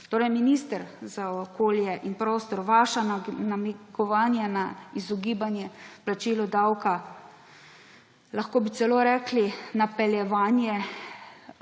Torej, minister za okolje in prostor, vaša namigovanja na izogibanje plačilu davka, lahko bi celo rekli napeljevanje,